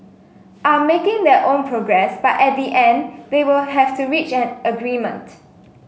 are making their own progress but at the end they will have to reach an agreement